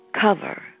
cover